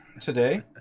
today